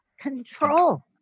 control